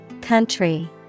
country